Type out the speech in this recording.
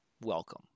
welcome